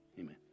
Amen